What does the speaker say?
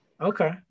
Okay